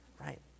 right